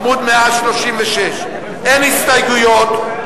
עמוד 156. אין הסתייגויות,